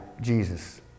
Jesus